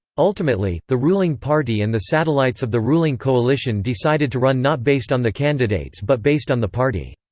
ultimately, the ruling party and the satellites of the ruling coalition decided to run not based on the candidates but based on the party.